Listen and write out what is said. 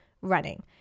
running